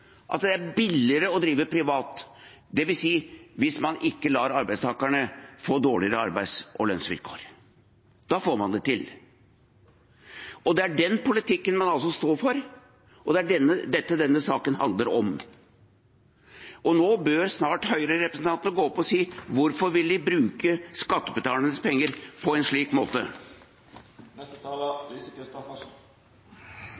at det er billigere å drive privat – det vil si hvis man ikke lar arbeidstakerne få dårligere arbeids- og lønnsvilkår, for da får man det til. Det er den politikken man står for, og det er det denne saken handler om. Og nå bør snart høyrerepresentantene gå opp og si hvorfor de vil bruke skattebetalernes penger på en slik måte.